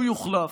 הוא יוחלף.